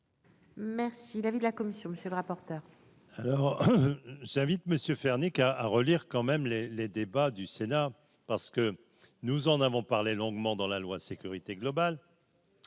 Merci l'avis de la commission, monsieur le rapporteur. Alors j'invite Monsieur faire à à relire quand même les les débats du Sénat parce que nous en avons parlé longuement dans la loi sécurité globale